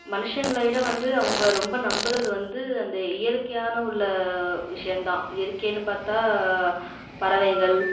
மனுஷங்களை விட வந்து அவங்க ரொம்ப நம்புறது வந்து அந்த இயற்கையான உள்ள விஷயந்தான் இயற்கைன்னு பார்த்தா பறவைகள்